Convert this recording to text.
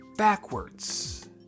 Backwards